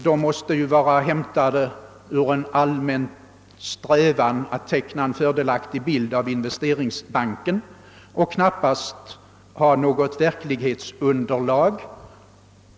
De måste vara betingade av en allmän strävan att teckna en fördelaktig bild av Investeringsbanken och kan knappast ha något verklighetsunderlag.